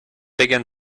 began